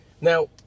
Now